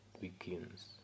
begins